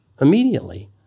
immediately